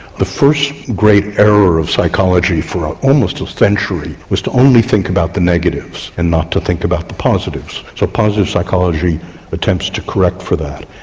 the first great error of psychology for almost a century was to only think about the negatives and not to think about the positives. so positive psychology attempts to correct for that,